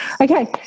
Okay